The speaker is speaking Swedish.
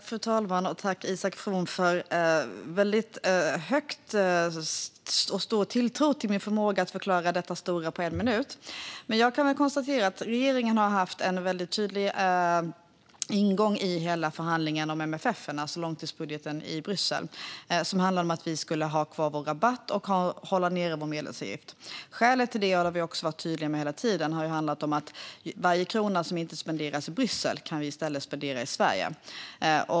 Fru talman! Tack, Isak From, för stor tilltro till min förmåga att förklara detta stora på en minut! Regeringen har haft en tydlig ingång i hela förhandlingen om MFF:en, alltså långtidsbudgeten, i Bryssel. Det handlar om att vi skulle ha kvar vår rabatt och hålla nere vår medlemsavgift. Skälet till det har vi också varit tydliga med hela tiden. Varje krona som inte spenderas i Bryssel kan vi i stället spendera i Sverige.